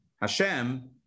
Hashem